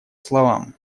словам